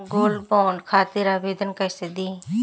Gold bond खातिर आवेदन कैसे दिही?